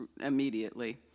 immediately